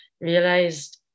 realized